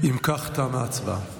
אם כך, תמה ההצבעה.